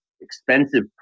expensive